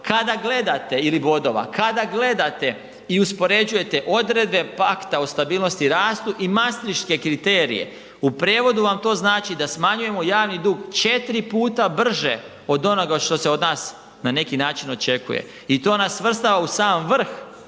10%-tnih bodova. Kada gledate ili uspoređujete odredbe pakta o stabilnosti i rastu i mastriške kriterije u prevodu vam to znači da smanjujemo javni dug 4 puta brže od onoga što se od nas na neki način očekuje. I to nas svrstava u sam vrh